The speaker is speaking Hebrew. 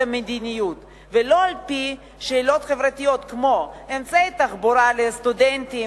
המדיניות לא על-פי שאלות חברתיות כמו אמצעי תחבורה לסטודנטים,